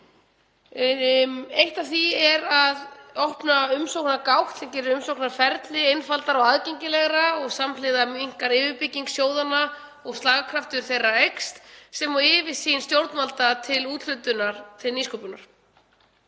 liður í því er að opna umsóknargátt sem gerir umsóknarferlið einfaldara og aðgengilegra. Samhliða minnkar yfirbygging sjóðanna og slagkraftur þeirra eykst sem og yfirsýn stjórnvalda yfir úthlutun til nýsköpunar.